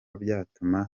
byatuma